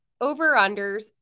over-unders